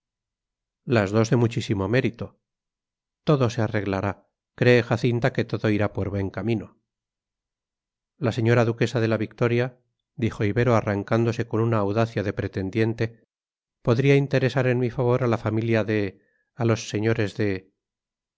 dos de muchísimo mérito todo se arreglará cree jacinta que todo irá por buen camino la señora duquesa de la victoria dijo ibero arrancándose con una audacia de pretendiente podría interesar en mi favor a la familia de a los señores de